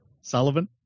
Sullivan